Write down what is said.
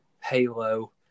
Halo